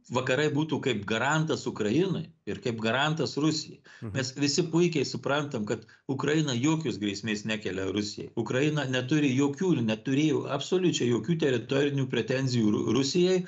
vakarai būtų kaip garantas ukrainai ir kaip garantas rusijai mes visi puikiai suprantam kad ukraina jokios grėsmės nekelia rusijai ukraina neturi jokių ir neturėjo absoliučiai jokių teritorinių pretenzijų ru rusijai